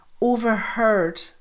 overheard